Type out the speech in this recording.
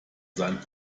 sein